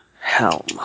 Helm